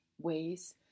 ways